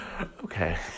Okay